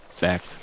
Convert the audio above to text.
back